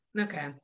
Okay